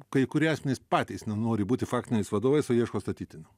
kai kurie asmenys patys nenori būti faktiniais vadovais o ieško statytinių